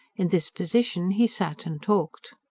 in this position he sat and talked.